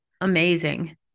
Amazing